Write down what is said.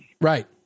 Right